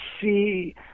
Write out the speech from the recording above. see